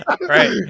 Right